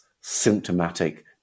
symptomatic